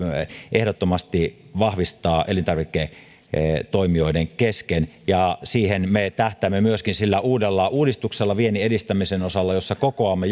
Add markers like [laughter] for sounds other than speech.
ehdottomasti vahvistettava elintarviketoimijoiden kesken siihen me tähtäämme myöskin sillä uudella uudistuksella viennin edistämisen osalta jossa kokoamme [unintelligible]